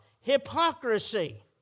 hypocrisy